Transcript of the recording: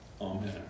Amen